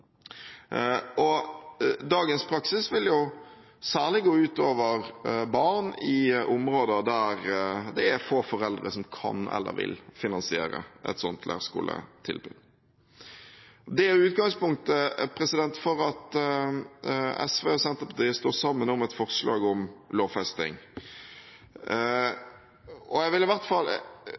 Dagens praksis vil særlig gå ut over barn i områder der det er få foreldre som kan eller vil finansiere et sånt leirskoletilbud. Det er utgangspunktet for at SV og Senterpartiet står sammen om et forslag om lovfesting. Jeg vil i hvert fall